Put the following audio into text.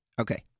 Okay